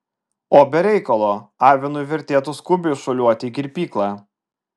o be reikalo avinui vertėtų skubiai šuoliuoti į kirpyklą